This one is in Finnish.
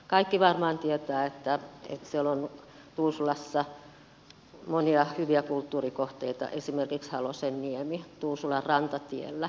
kaikki varmaan tietävät että tuusulassa on monia hyviä kulttuurikohteita esimerkiksi halosenniemi tuusulan rantatiellä